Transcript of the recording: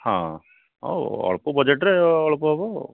ହଁ ଆଉ ଅଳ୍ପ ବଜେଟ୍ରେ ଅଳ୍ପ ହବ